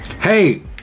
Hey